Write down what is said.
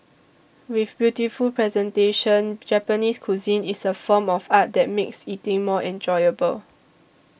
with beautiful presentation Japanese cuisine is a form of art that makes eating more enjoyable